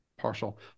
partial